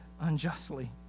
unjustly